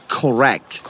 correct